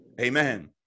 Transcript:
amen